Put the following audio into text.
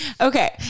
Okay